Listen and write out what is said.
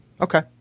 Okay